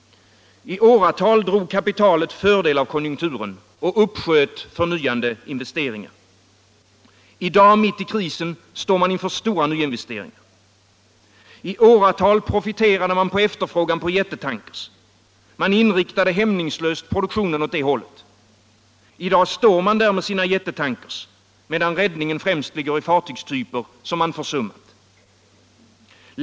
I åratal drog kapitalet fördel av konjunkturen och uppsköt förnyande investeringar. I dag, mitt i krisen, står man inför stora nyinvesteringar. I åratal profiterade man på efterfrågan på jättetankers. Man inriktade hämningslöst produktionen åt det hållet. I dag står man där med sina jättetankers, medan räddningen främst ligger i fartygstyper som man försummat.